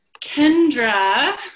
Kendra